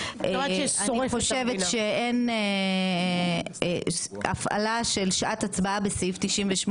אני חושבת שאין הפעלה של שעת הצבעה בסעיף 98,